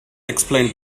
explain